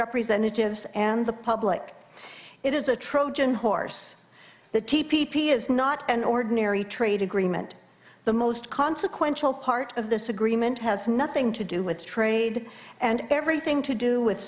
representatives and the public it is a trojan horse that t p p is not an ordinary trade agreement the most consequential part of this agreement has nothing to do with trade and everything to do with